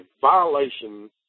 violation